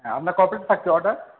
হ্যাঁ আপনার কপিস থাকছে অর্ডার